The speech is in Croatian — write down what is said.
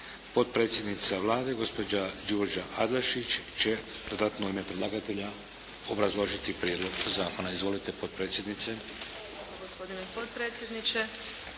Potpredsjednica Vlade, gospođa Đurđa Adlešić će dodatno u ime predlagatelja obrazložiti prijedlog zakona. Izvolite potpredsjednice.